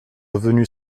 revenu